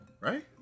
Right